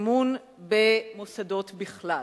באמון במוסדות בכלל.